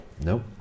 Nope